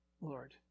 Lord